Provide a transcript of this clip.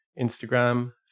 Instagram